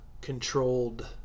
controlled